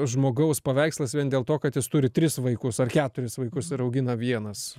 žmogaus paveikslas vien dėl to kad jis turi tris vaikus ar keturis vaikus ir augina vienas